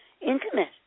intimate